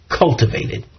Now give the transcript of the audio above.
cultivated